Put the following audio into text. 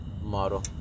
model